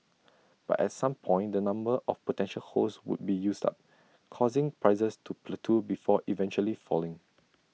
but at some point the number of potential hosts would be used up causing prices to plateau before eventually falling